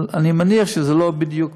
אבל אני מניח שזה לא יהיה בדיוק